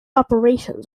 operations